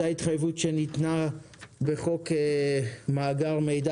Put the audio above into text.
אותה התחייבות שניתנה בחוק מאגר מידע